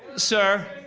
sir,